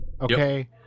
Okay